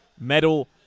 medal